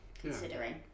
considering